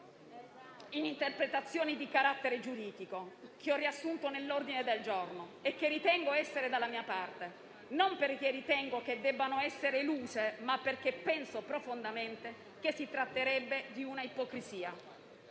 in interpretazioni di carattere giuridico che ho riassunto nell'ordine del giorno e che ritengo essere dalla mia parte, non perché ritengo che debbano essere eluse, ma perché penso profondamente che si tratterebbe di una ipocrisia.